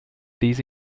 these